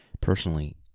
personally